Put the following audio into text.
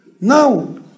Now